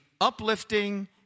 uplifting